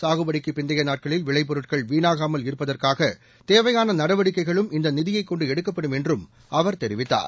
சாகுபடிக்கு பிந்தைய நாட்களில் விளைபொருட்கள் வீணாகாமல் இருப்பதற்காக தேவையான நடவடிக்கைகளும் இந்த நிதியைக் கொண்டு எடுக்கப்படும் என்று அவர் தெரிவித்தார்